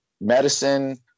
medicine